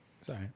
Sorry